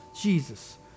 Jesus